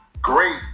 great